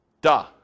Duh